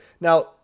Now